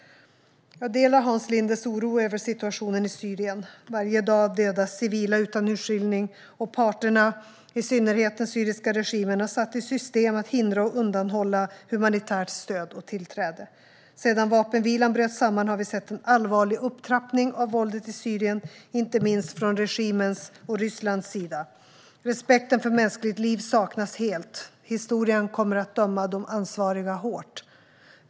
Jag delar Hans Lindes oro över situationen i Syrien. Varje dag dödas civila utan urskillning, och parterna - i synnerhet den syriska regimen - har satt i system att hindra och undanhålla humanitärt stöd och tillträde. Sedan vapenvilan bröt samman har vi sett en allvarlig upptrappning av våldet i Syrien, inte minst från regimens och Rysslands sida. Respekt för mänskligt liv saknas helt. Historien kommer att döma de ansvariga hårt.